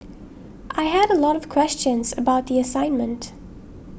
I had a lot of questions about the assignment